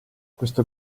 questo